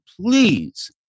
please